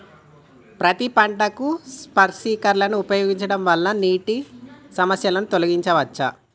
పత్తి పంటకు స్ప్రింక్లర్లు ఉపయోగించడం వల్ల నీటి సమస్యను తొలగించవచ్చా?